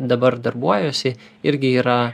dabar darbuojuosi irgi yra